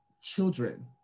children